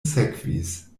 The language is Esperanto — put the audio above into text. sekvis